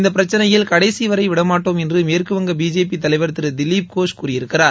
இந்த பிரச்சனையில் கடைசி வரை விடமாட்டோம் என்று மேற்குவங்க பிஜேபி தலைவர் திரு திலிப்கோஷ் கூறியிருக்கிறார்